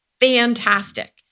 fantastic